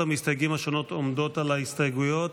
המסתייגים השונות עומדות על ההסתייגויות.